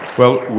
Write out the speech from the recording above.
well,